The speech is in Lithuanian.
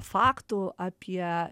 faktų apie